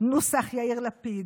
נוסח יאיר לפיד.